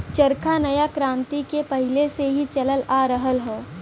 चरखा नया क्रांति के पहिले से ही चलल आ रहल हौ